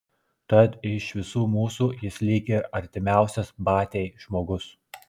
tad iš visų mūsų jis lyg ir artimiausias batiai žmogus